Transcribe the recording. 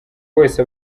wese